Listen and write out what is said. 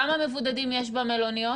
כמה מבודדים יש במלוניות?